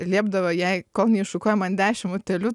liepdavo jai kol neiššukuoja man dešim utėlių